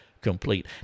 complete